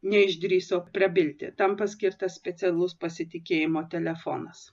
neišdrįso prabilti tam paskirtas specialus pasitikėjimo telefonas